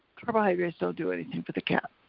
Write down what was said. carbohydrates don't do anything for the cat,